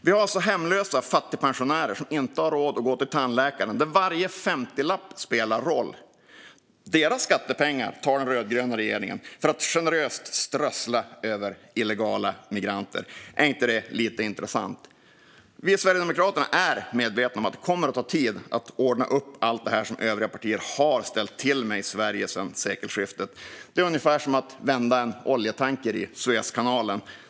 Vi har alltså hemlösa fattigpensionärer som inte har råd att gå till tandläkaren - varje femtiolapp spelar roll för dem. Deras skattepengar tar den rödgröna regeringen för att generöst strössla över illegala migranter. Är inte det lite intressant? Vi i Sverigedemokraterna är medvetna om att det kommer att ta tid att ordna upp allt det som övriga partier har ställt med i Sverige sedan sekelskiftet. Det är ungefär som att vända en oljetanker i Suezkanalen.